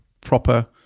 proper